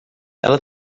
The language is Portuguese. ela